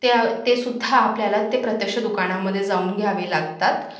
ते आ ते सुद्धा आपल्याला ते प्रत्यक्ष दुकानामध्ये जाऊन घ्यावे लागतात